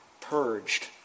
purged